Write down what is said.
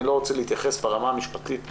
אני לא רוצה להתייחס ברמה המשפטית.